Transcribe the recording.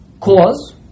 cause